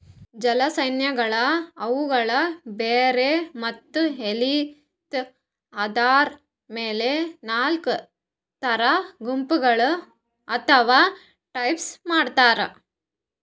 ಜಲಸಸ್ಯಗಳನ್ನ್ ಅವುಗಳ್ ಬೇರ್ ಮತ್ತ್ ಎಲಿದ್ ಆಧಾರದ್ ಮೆಲ್ ನಾಲ್ಕ್ ಥರಾ ಗುಂಪಗೋಳ್ ಅಥವಾ ಟೈಪ್ಸ್ ಮಾಡ್ಯಾರ